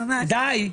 די.